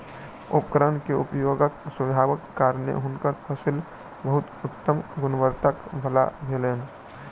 उपकरण के उपयोगक सुझावक कारणेँ हुनकर फसिल बहुत उत्तम गुणवत्ता वला भेलैन